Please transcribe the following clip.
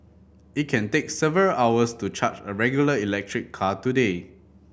it can take several hours to charge a regular electric car today